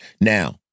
Now